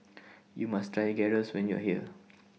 YOU must Try Gyros when YOU Are here